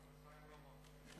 גם חיים רמון.